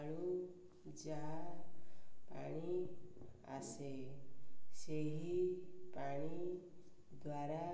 ପାଣି ଚା ପାଣି ଆସେ ସେହି ପାଣି ଦ୍ବାରା